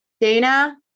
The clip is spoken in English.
Dana